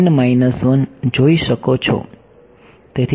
તેથી તમે જોઈ શકો છો